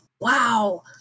wow